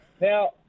Now